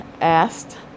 asked